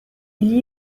gli